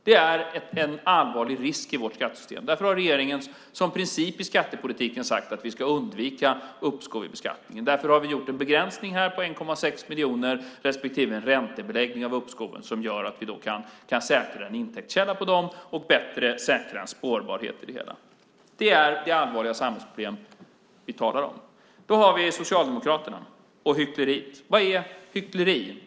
Det är en allvarlig risk i vårt skattesystem. Därför har regeringen som princip i skattepolitiken sagt att vi ska undvika uppskov i beskattningen. Därför har vi gjort en begränsning här på 1,6 miljoner och en räntebeläggning av uppskoven som gör att vi kan säkra en intäktskälla på dem och bättre säkra spårbarhet i det hela. Det är det allvarliga samhällsproblem som vi talar om. Då har vi Socialdemokraterna och hyckleriet. Vad är hyckleri?